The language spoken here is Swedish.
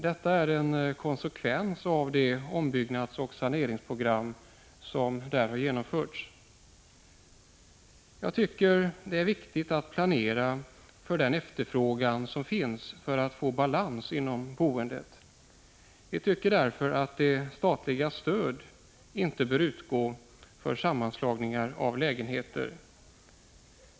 Detta är en konsekvens av de ombyggnadsoch saneringsprogram som där har genomförts. Det är viktigt att planera för den efterfrågan som finns för att få en balans inom boendet. Vi tycker därför inte att statligt stöd bör utgå för sammanslagningar av lägenheter.